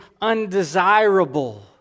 undesirable